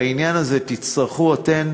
בעניין הזה תצטרכו אתן,